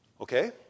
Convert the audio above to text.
Okay